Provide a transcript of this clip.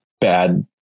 bad